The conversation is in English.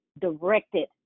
directed